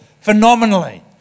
phenomenally